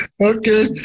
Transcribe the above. Okay